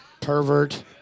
Pervert